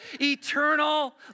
eternal